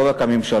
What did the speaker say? לא רק הממשלה.